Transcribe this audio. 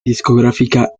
discográfica